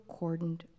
cordoned